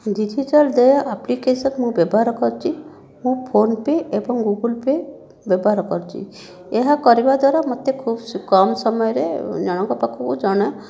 ଡିଜିଟାଲ୍ରେ application ମୁଁ ବ୍ୟବହାର କରିଛି ମୁଁ ଫୋନ ପେ ଏବଂ ଗୁଗୁଲ୍ ପେ ବ୍ୟବହାର କରିଛି ଏହା କରିବା ଦ୍ଵାରା ମୋତେ ଖୁବ କମ୍ ସମୟରେ ଜଣଙ୍କ ପାଖକୁ ଜଣେ